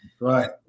Right